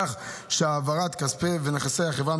כך שהעברת כספי ונכסי חברה